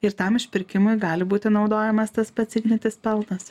ir tam išpirkimui gali būti naudojamas tas pats ignitis pelnas